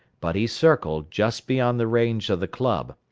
but he circled just beyond the range of the club,